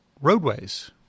roadways